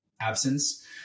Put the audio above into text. absence